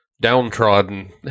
downtrodden